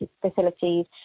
facilities